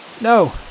No